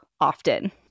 often